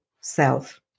self